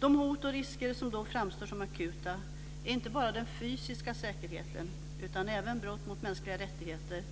De hot och risker som framstår som akuta är inte bara den fysiska säkerheten utan även brott mot mänskliga rättigheter,